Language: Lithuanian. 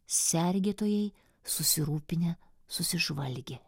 sergėtojai susirūpinę susižvalgė